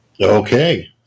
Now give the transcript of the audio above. Okay